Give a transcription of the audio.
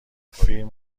فیلم